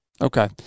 Okay